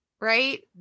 right